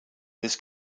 this